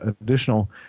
additional